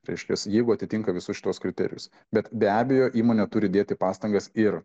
reiškias jeigu atitinka visus šituos kriterijus bet be abejo įmonė turi dėti pastangas ir